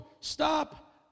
stop